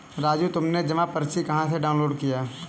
राजू तुमने जमा पर्ची कहां से डाउनलोड किया?